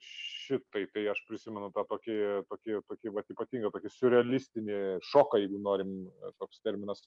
šitaip tai aš prisimenu tą tokį tokį tokį vat ypatinga tokį siurrealistinį šoka jeigu norim toks terminas